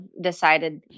decided